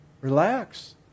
Relax